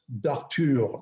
d'Arthur